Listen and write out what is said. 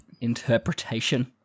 interpretation